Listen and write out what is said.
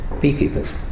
beekeepers